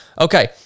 okay